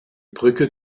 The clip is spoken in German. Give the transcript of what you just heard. brücke